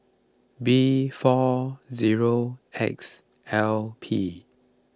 B four zero X L P